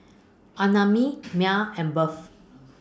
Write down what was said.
Annamae Maia and birth